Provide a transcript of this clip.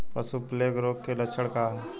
पशु प्लेग रोग के लक्षण का ह?